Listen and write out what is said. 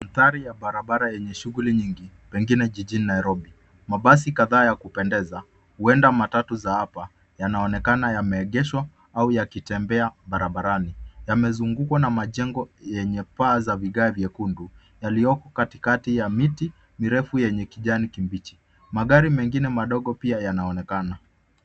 Mandhari ya barabara yenye shughuli nyingi, pengine jijini Nairobi. Mabasi kadhaa ya uoendeza, huenda matatu ya hapa, yanaonekana yameegeshwa au yakitembea barabarani. Yamezungukwa na majengo yenye paa za vigae vyekundu yaliyoo katikati ya mirefu yenye kijani kibichi. Magari mengine madogo pia yanaonekana.